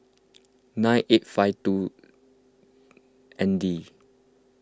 nine eight five two N D